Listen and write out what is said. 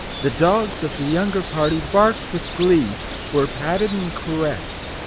the dogs of the younger party barked with glee were patted and caressed.